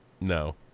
No